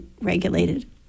regulated